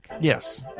Yes